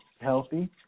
healthy